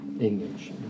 English